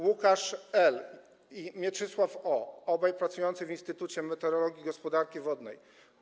Łukasz L. i Mieczysław O. - obaj pracujący w Instytucie Meteorologii i Gospodarki Wodnej.